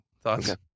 Thoughts